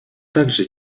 также